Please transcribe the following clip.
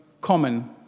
common